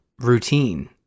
routine